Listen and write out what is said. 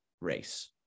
race